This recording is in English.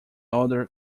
other